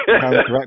Correct